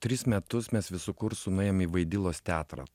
tris metus mes visu kursu nuėjome į vaidilos teatrą